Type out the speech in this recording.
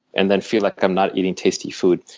and then feel like i'm not eating tasty food.